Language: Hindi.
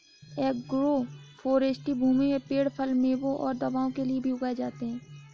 एग्रोफ़ोरेस्टी भूमि में पेड़ फल, मेवों और दवाओं के लिए भी उगाए जाते है